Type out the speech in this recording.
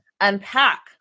unpack